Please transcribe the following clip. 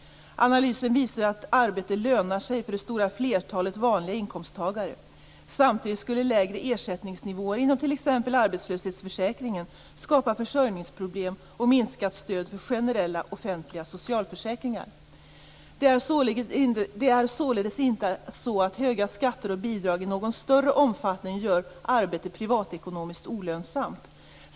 Analysen visar att arbete lönar sig för det stora flertalet vanliga inkomsttagare. Samtidigt skulle lägre ersättningsnivåer inom t.ex. arbetslöshetsförsäkringen skapa försörjningsproblem och minskat stöd för generella offentliga socialförsäkringar. Det är således inte så att höga skatter och bidrag i någon större omfattning gör arbete privatekonomiskt olönsamt.